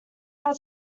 how